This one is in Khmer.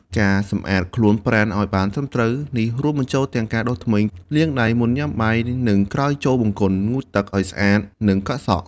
ការសម្អាតខ្លួនប្រាណឲ្យបានត្រឹមត្រូវ នេះរួមបញ្ចូលទាំងការដុសធ្មេញ លាងដៃមុនញ៉ាំបាយ និងក្រោយចូលបង្គន់ ងូតទឹកឱ្យស្អាត និងកក់សក់។